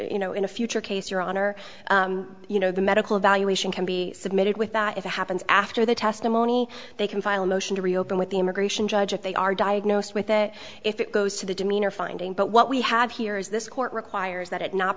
you know in a future case your honor you know the medical evaluation can be submitted with that if that happens after the testimony they can file a motion to reopen with the immigration judge if they are diagnosed with it if it goes to the demeanor finding but what we have here is this court requires that it not